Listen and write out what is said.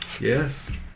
Yes